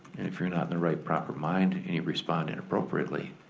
if you're not in the right proper mind and you respond inappropriately,